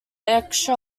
extra